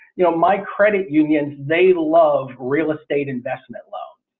you know my credit union. they love real estate investment loan.